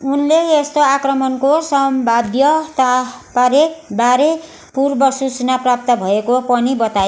उनले यस्तो आक्रमणको सम्भाव्यताबारे बारे पूर्व सूचना प्राप्त भएको पनि बताए